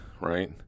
right